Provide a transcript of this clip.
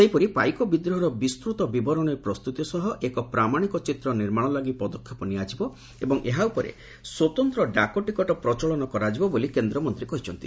ସେହିପରି ପାଇକ ବିଦ୍ରୋହର ବିସ୍ତୂତ ବିବରଣୀ ପ୍ରସ୍ତୂତି ସହ ଏକ ପ୍ରାମାଣିକ ଚିତ୍ର ନିର୍ମାଶ ଲାଗି ପଦକ୍ଷେପ ନିଆଯିବ ଏବଂ ଏହା ଉପରେ ସ୍ୱତନ୍ତ ଡାକ ଟିକଟ ପ୍ରଚଳନ କରାଯିବ ବୋଲି କେନ୍ଦ୍ରମନ୍ତୀ କହିଛନ୍ତି